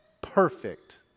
perfect